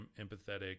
empathetic